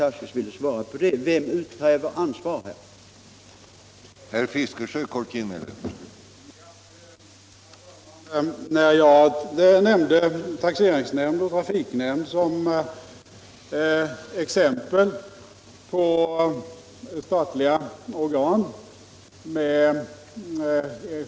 Jag skulle vara tacksam om herr Tarschys ville svara på det.